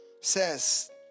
says